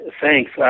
Thanks